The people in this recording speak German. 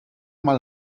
mal